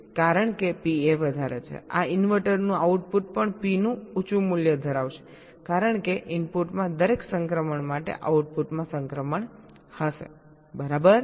તેથી કારણ કે પીએ વધારે છે આ ઇન્વર્ટરનું આઉટપુટ પણ પીનું ઉંચું મૂલ્ય ધરાવશે કારણ કે ઇનપુટમાં દરેક સંક્રમણ માટે આઉટપુટમાં સંક્રમણ હશે બરાબર